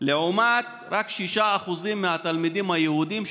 לעומת רק 6% מהתלמידים היהודים,